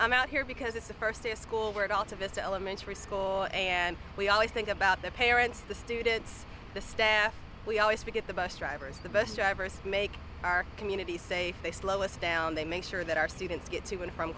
i'm out here because it's the first day of school where it all to vist elementary school and we always think about the parents the students the staff we always forget the bus drivers the bus drivers make our community safe they slow us down they make sure that our students get to and from